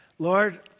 Lord